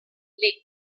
league